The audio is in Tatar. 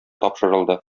тапшырылды